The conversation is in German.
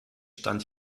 stand